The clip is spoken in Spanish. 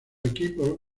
equipos